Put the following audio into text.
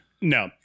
no